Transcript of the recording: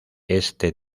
este